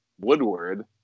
Woodward